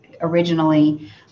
originally